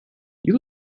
you